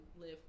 live